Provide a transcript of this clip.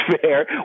fair